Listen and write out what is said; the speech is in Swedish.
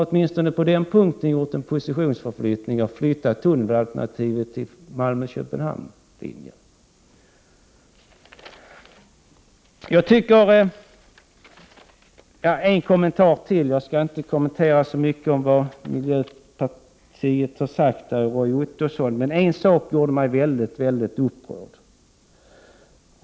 Åtminstone på den punkten har hon gjort en positionsförflyttning och lagt tunneln mellan Malmö och Köpenhamn. En sak som Roy Ottosson från miljöpartiet sade gjorde mig mycket upprörd.